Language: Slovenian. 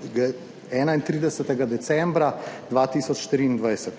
31. decembra 2023.